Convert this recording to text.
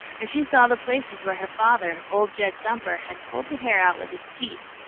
and she saw the places where her father, old jed thumper, had pulled the hair out with his teeth.